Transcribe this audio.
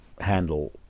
handle